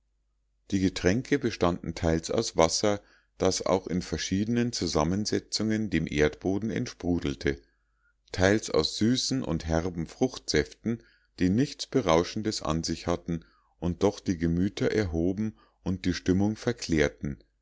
die getränke bestanden teils aus wasser das auch in verschiedenen zusammensetzungen dem erdboden entsprudelte teils aus süßen und herben fruchtsäften die nichts berauschendes an sich hatten und doch die gemüter erhoben und die stimmung verklärten